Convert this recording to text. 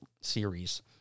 Series